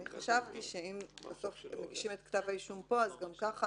אני חשבתי שאם בסוף מגישים את כתב האישום פה אז גם ככה